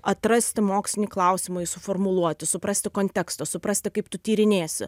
atrasti mokslinį klausimą jį suformuluoti suprasti kontekstą suprasti kaip tu tyrinėsi